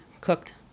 cooked